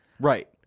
Right